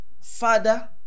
Father